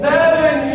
Seven